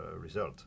result